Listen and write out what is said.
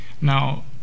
Now